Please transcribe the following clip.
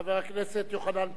חבר הכנסת יוחנן פלסנר.